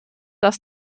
dass